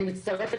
אני מצטרפת